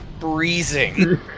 freezing